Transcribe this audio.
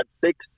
six